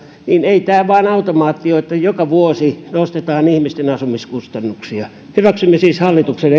niin ei tämä vaan automaatti ole että joka vuosi nostetaan ihmisten asumiskustannuksia hyväksymme siis hallituksen